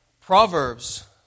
Proverbs